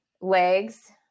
legs